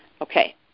Okay